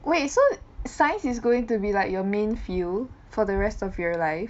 wait so science is going to be like your main field for the rest of your life